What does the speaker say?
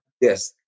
Yes